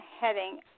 heading